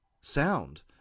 sound